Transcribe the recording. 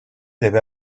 debe